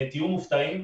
תהיו מופתעים,